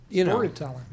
Storytelling